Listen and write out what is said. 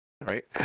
Right